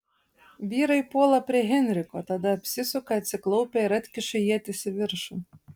vyrai puola prie henriko tada apsisuka atsiklaupia ir atkiša ietis į viršų